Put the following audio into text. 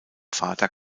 vater